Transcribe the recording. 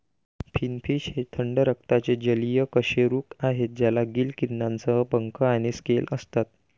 finfish हे थंड रक्ताचे जलीय कशेरुक आहेत ज्यांना गिल किरणांसह पंख आणि स्केल असतात